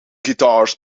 guitars